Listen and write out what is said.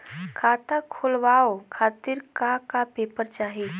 खाता खोलवाव खातिर का का पेपर चाही?